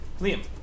Liam